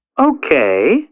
Okay